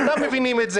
כולם מבינים את זה.